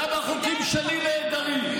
גם החוקים שלי נהדרים.